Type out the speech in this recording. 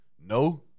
No